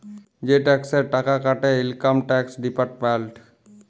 যে টেকসের টাকা কাটে ইলকাম টেকস ডিপার্টমেল্ট